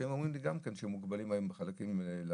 שהם אומרים לי גם כן שהם מוגבלים היום בחלקים לעשות,